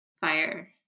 fire